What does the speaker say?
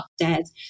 upstairs